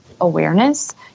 awareness